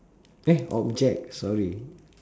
eh object sorry